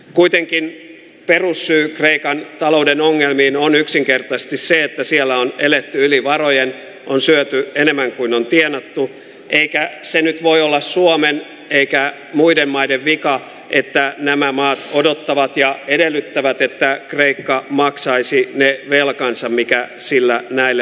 kuitenkin perussyy kreikan talouden ongelmiin on yksinkertaisesti se että siellä on eletty yli varojen on syöty enemmän kuin on tienattu eikä se nyt voi olla suomen eikä muiden maiden vika että nämä maat odottavat ja edellyttävät että kreikka maksaisi ne velkansa jotka sillä näille maille on